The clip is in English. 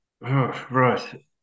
right